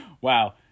wow